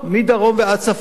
מדרום ועד צפון,